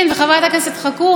הייתן רוצות,